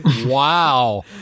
wow